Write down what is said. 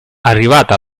arrivata